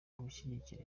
gushyigikira